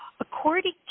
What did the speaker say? according